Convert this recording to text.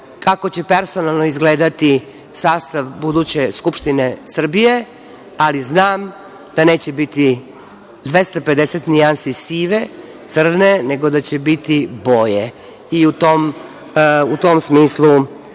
kako će personalno izgledati sastav buduće Skupštine Srbije, ali znam da neće biti 250 nijansi sive, crne, nego da će biti boje. I u tom smislu